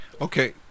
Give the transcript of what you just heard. Okay